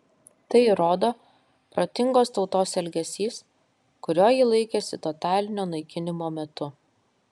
tai įrodo protingos tautos elgesys kurio ji laikėsi totalinio naikinimo metu